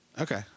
Okay